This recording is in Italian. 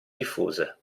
diffuse